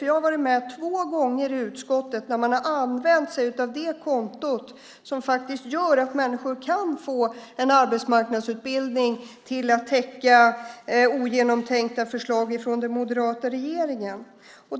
Jag har varit med två gånger i utskottet när man har använt sig av det konto som gör att människor kan få en arbetsmarknadsutbildning till att täcka ogenomtänkta förslag från den moderata regeringen.